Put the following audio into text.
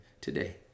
today